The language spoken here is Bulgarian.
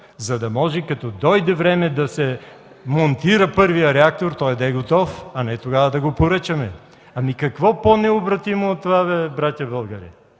за да може, като дойде време да се монтира първият реактор – той да е готов, а не тогава да го поръчаме. Какво по-необратимо от това, братя българи?!